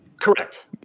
Correct